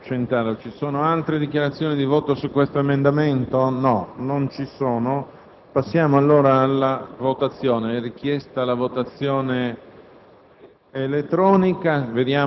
Quindi, la possibilità di verificare che quei giovani avessero le capacità e le qualità necessarie, non attraverso esami scritti e orali (quindi una ripetizione), ma attraverso almeno